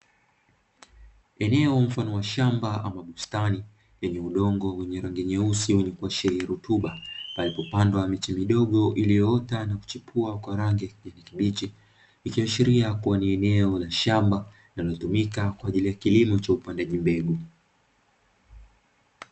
Eneo mfano wa shamba ama bustani, lenye udongo wenye rangi nyeusi wenye kuashiria rutuba, ambalo limepandwa miche midogo iliyoota na kuchipua kwa rangi ya kijani kibichi, ikiashiri kuwa ni eneo la shamba linalotumika kwa ajili ya kilimo cha upandaji mbegu.